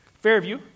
Fairview